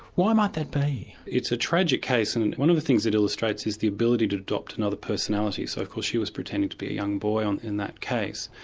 why might that be? it's a tragic case, and one of the things it illustrates is the ability to adopt another personality, so of course she was pretending to be a young boy and in that case.